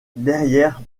derrière